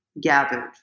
gathered